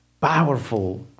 powerful